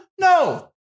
No